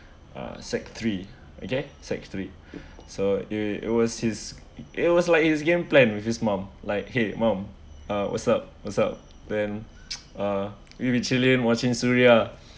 uh sec three okay sec three so it it was his it was like his game plan with his mum like !hey! mom uh what's up what's up then uh watching suria